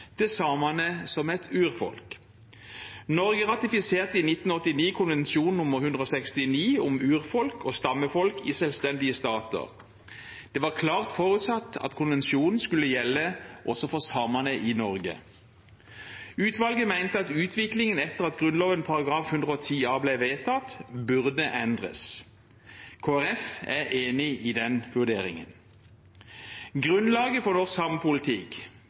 som et urfolk. Norge ratifiserte i 1989 ILO-konvensjon nr. 169 om urfolk og stammefolk i selvstendige stater. Det var klart forutsatt at konvensjonen skulle gjelde også for samene i Norge. Utvalget mente at utviklingen etter at Grunnloven § 110 a ble vedtatt, burde endres. Kristelig Folkeparti er enig i den vurderingen. Grunnlaget for norsk